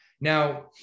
Now